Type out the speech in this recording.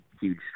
huge